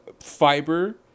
fiber